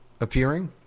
appearing